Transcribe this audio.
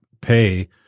pay